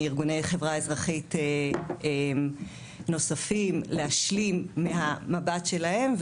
מארגוני חברה אזרחית נוספים להשלים מהמבט שלהם.